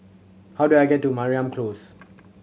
how do I get to Mariam Close